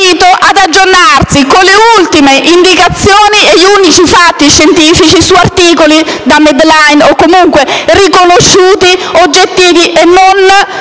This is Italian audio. Grazie